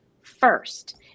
first